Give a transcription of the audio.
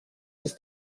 ist